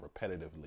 repetitively